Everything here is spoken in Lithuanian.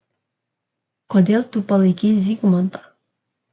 kodėl tu palaikei zygmantą